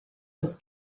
was